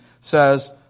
says